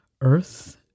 earth